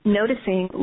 noticing